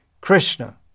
Krishna